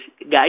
Guys